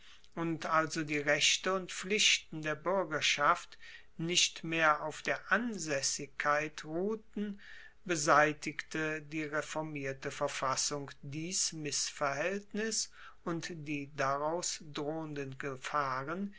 und also die rechte und pflichten der buergerschaft nicht mehr auf der ansaessigkeit ruhten beseitigte die reformierte verfassung dies missverhaeltnis und die daraus drohenden gefahren